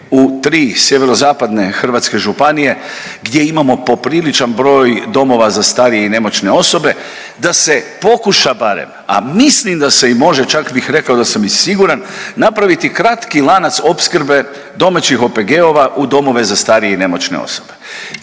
u tri sjeverozapadne hrvatske županije gdje imamo popriličan broj domova za starije i nemoćne osobe, da se pokuša barem, a mislim da se i može čak bih rekao da sam i siguran, napraviti kratki lanac opskrbe domaćih OPG-ova u domove za starije i nemoćne osobe.